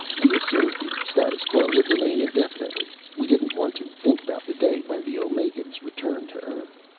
we assumed the status quo would remain indefinitely. we didn't want to think about the day when the omegans returned to earth.